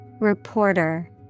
Reporter